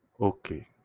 Okay